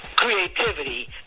Creativity